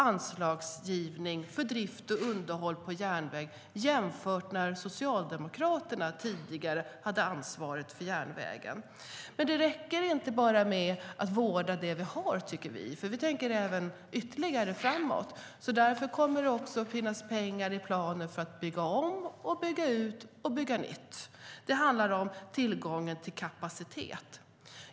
Anslaget för drift och underhåll på järnväg har fördubblats jämfört med när Socialdemokraterna tidigare hade ansvaret för järnvägen. Men vi tycker inte att det räcker med att vårda det som vi redan har, för vi tänker även framåt. Därför kommer det att finnas pengar för att bygga om, bygga ut och bygga nytt. Det handlar om tillgången till kapacitet.